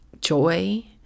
joy